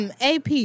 AP